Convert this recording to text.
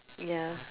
ya